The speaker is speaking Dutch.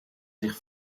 zich